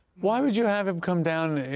why would you have him come down,